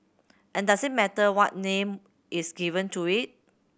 and does it matter what name is given to it